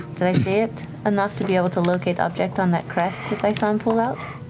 did i see it enough to be able to locate object on that crest that i saw him pull out?